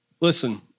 listen